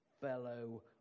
fellow